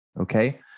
Okay